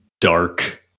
dark